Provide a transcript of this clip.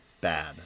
bad